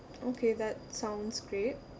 okay that sounds great